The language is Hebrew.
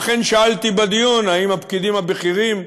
אכן, שאלתי בדיון אם הפקידים הבכירים,